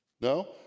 No